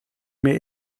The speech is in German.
mir